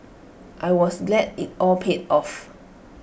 I was glad IT all paid off